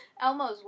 Elmo's